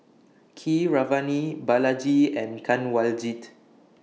Keeravani Balaji and Kanwaljit